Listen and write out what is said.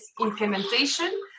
implementation